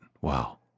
Wow